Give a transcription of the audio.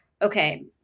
Okay